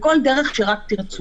בכל דרך שרק תרצו.